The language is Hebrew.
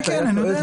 אני יודע.